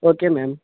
okay madam